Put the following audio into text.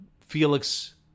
Felix